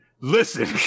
Listen